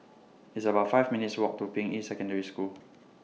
It's about five minutes' Walk to Ping Yi Secondary School